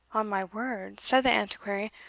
on my word, said the antiquary,